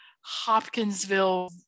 Hopkinsville